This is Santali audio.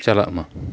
ᱪᱟᱞᱟᱜ ᱢᱟ